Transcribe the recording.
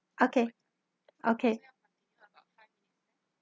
okay okay